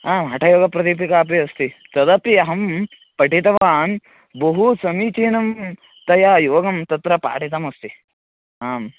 आम् हठयोगप्रदीपिका अपि अस्ति तदपि अहं पठितवान् बहु समीचीनं तया योगं तत्र पाठितमस्ति आं